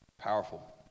Powerful